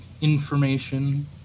information